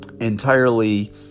entirely